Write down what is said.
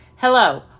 Hello